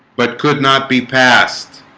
but could not be passed